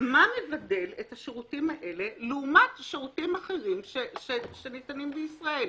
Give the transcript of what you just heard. מה מבדל את השירותים האלה לעומת שירותים אחרים שניתנים בישראל.